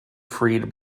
freed